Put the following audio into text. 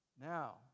Now